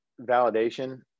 validation